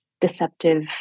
deceptive